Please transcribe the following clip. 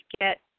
get